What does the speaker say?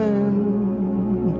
end